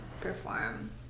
perform